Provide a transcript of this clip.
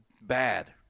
bad